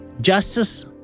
justice